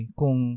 kung